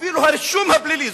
אפילו את הרישום הפלילי.